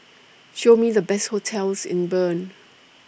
Show Me The Best hotels in Bern